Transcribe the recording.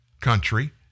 country